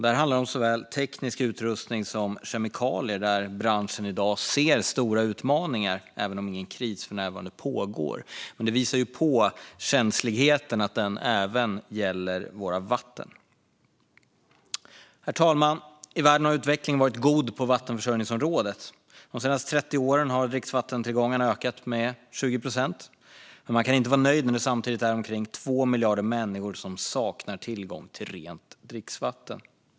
Det handlar om såväl teknisk utrustning som kemikalier, där branschen i dag ser stora utmaningar även om det för närvarande inte är någon kris. Men detta visar på känsligheten, att den även gäller våra vatten. Herr talman! I världen har utvecklingen varit god på vattenförsörjningsområdet. De senaste 30 åren har dricksvattentillgångarna ökat med 20 procent, men man kan inte vara nöjd när det samtidigt är omkring 2 miljarder människor som saknar tillgång till rent dricksvatten.